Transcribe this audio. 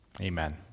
Amen